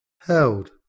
held